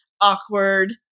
awkward